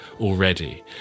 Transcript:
Already